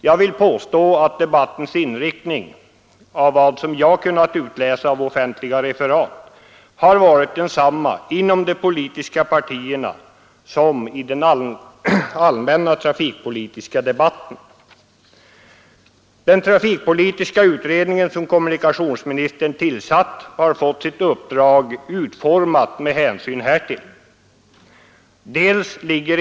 Jag vill påstå att debattens inriktning, enligt vad jag kunnat utläsa av offentliga referat, har varit densamma inom de politiska partierna som i den allmänna trafikpolitiska debatten. Den trafikpolitiska utredning som kommunikationsministern tillsatt har fått sitt uppdrag utformat med hänsyn härtill.